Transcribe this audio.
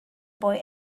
boy